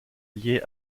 liée